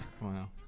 Wow